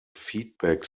feedback